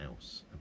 else